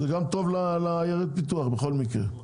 זה גם טוב לעיירת פיתוח בכל מקרה.